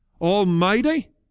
almighty